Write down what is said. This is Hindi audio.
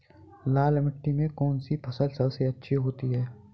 लाल मिट्टी में कौन सी फसल सबसे अच्छी उगती है?